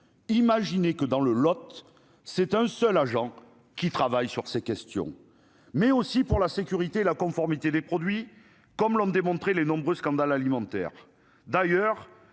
imaginer que, dans le Lot, c'est un seul agent qui travaillent sur ces questions, mais aussi pour la sécurité, la conformité des produits comme l'ont démontré les nombreux scandales alimentaires